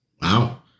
Wow